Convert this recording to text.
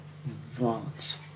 Violence